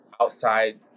outside